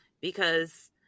because-